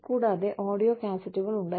കൂടാതെ ഓഡിയോ കാസറ്റുകൾ ഉണ്ടായിരുന്നു